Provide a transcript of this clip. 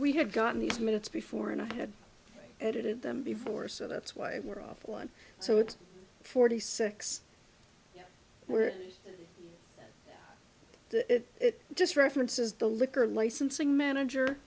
we had gotten these minutes before and i had edited them before so that's why we're up one so it's forty six where it just references the liquor licensing manager